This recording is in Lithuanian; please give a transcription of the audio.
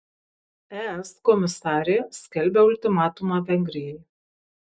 es komisarė skelbia ultimatumą vengrijai